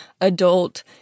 adult